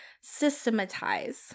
systematize